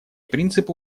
принципы